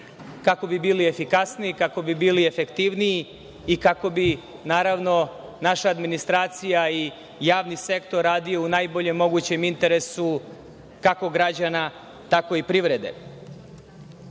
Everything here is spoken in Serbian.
kako bi bili efikasniji, kako bi bili efektivniji i kako bi, naravno, naša administracija i javni sektor radio u najboljem mogućem interesu, kako građana, tako i privrede. Moram